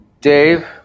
Dave